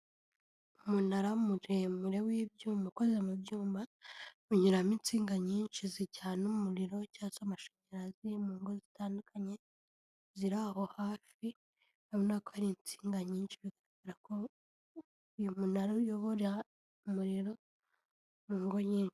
Umunara muremure w'ibyuma ukoze mu byuma unyuramo insinga nyinshi zijyana umuriro cyangwa z'amashanyarazi mu ngo zitandukanye ziri aho hafi, urabonako hari insinga nyinshi kubera ko uyu munara uyobora umuriro mu ngo nyinshi.